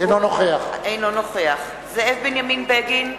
אינו נוכח זאב בנימין בגין,